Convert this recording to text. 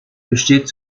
besteht